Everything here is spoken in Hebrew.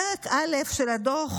פרק א' של הדוח